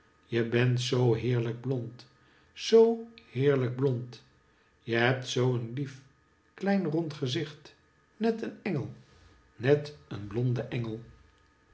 je bent zoo heerhjk blond zoo heerlijk blond je hebt zoo een lief klein rond gezicht net een engel net een blonde engel